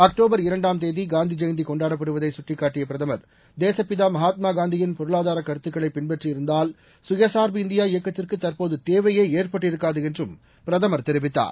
October இரண்டாம் தேதி காந்தி ஜெயந்தி கொண்டாடப்படுவதை சுட்டிக்காட்டிய பிரதமர் தேசப்பிதா மகாத்மளா காந்தியின் பொருளாதூர கருத்துக்களை பின்பற்றி இருந்தால் கயசார்பு இந்தியா இயக்கத்திற்கு தற்போது தேவையே ஏற்பட்டிருக்காது என்றும் தெரிவித்தார்